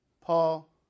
Paul